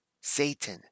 Satan